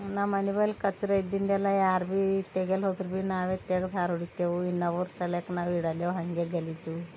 ನಮ್ಮನೆ ಬಲ್ ಕಚ್ರ ಇದ್ದಿಂದೆಲ್ಲ ಯಾರು ಭೀ ತೆಗಿಯಲು ಹೋದ್ರೆ ಭೀ ನಾವೇ ತೆಗ್ದು ಹಾರಿಡ್ತೇವು ಇನ್ನು ಅವರ ಸಲೆಕ ನಾವು ಇಡಲ್ಲೇವು ಹಾಗೆ ಗಲೀಜು